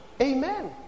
amen